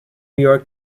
york